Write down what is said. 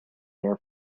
air